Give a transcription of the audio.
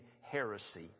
heresy